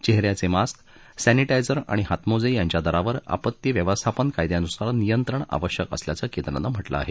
चेहऱ्याचे mask sanitizer आणि हातमोजे यांच्या दरावर आपत्ती व्यवस्थापन कायद्यानुसार नियंत्रण आवश्यक असल्याचं केंद्रानं म्हटलं आहे